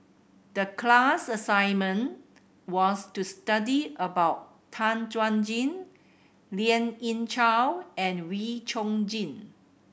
the class assignment was to study about Tan Chuan Jin Lien Ying Chow and Wee Chong Jin